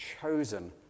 chosen